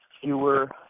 fewer